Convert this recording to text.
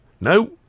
No